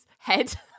head